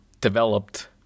developed